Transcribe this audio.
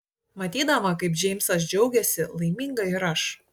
matydama kaip džeimsas džiaugiasi laiminga ir aš